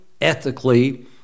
ethically